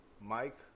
Mike